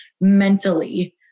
mentally